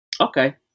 Okay